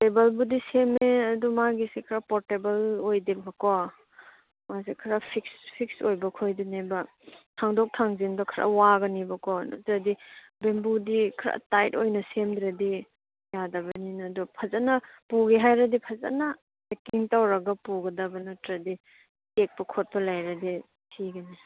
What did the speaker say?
ꯇꯦꯕꯜꯕꯨꯗꯤ ꯁꯦꯝꯃꯦ ꯑꯗꯨ ꯃꯥꯒꯤꯁꯤ ꯈꯔ ꯄꯣꯔꯇꯦꯕꯜ ꯑꯣꯏꯗꯦꯕꯀꯣ ꯃꯥꯁꯦ ꯈꯔ ꯐꯤꯛꯁ ꯐꯤꯛꯁ ꯑꯣꯏꯕ ꯈꯣꯏꯗꯨꯅꯦꯕ ꯊꯥꯡꯗꯣꯛ ꯊꯥꯡꯖꯤꯟꯗ ꯈꯔ ꯋꯥꯒꯅꯤꯕꯀꯣ ꯅꯠꯇ꯭ꯔꯗꯤ ꯕꯦꯝꯕꯨꯗꯤ ꯈꯔ ꯇꯥꯏꯠ ꯑꯣꯏꯅ ꯁꯦꯝꯗ꯭ꯔꯗꯤ ꯌꯥꯗꯕꯅꯤꯅ ꯑꯗꯨ ꯐꯖꯅ ꯄꯨꯒꯦ ꯍꯥꯏꯔꯗꯤ ꯐꯖꯅ ꯄꯦꯛꯀꯤꯡ ꯇꯧꯔꯒ ꯄꯨꯒꯗꯕ ꯅꯠꯇ꯭ꯔꯗꯤ ꯇꯦꯛꯄ ꯈꯣꯠꯄ ꯂꯩꯔꯗꯤ ꯊꯤꯒꯅꯤ